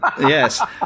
Yes